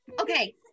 Okay